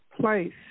place